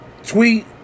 tweet